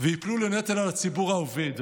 וייפלו לנטל על הציבור העובד.